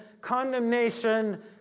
condemnation